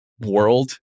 world